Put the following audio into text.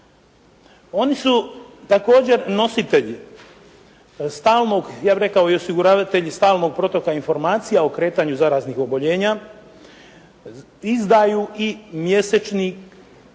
Oni su također nositelji stalnog, ja bih rekao i osiguravatelji, stalnog protoka informacija o kretanju zaraznih oboljenja. Izdaju i mjesečni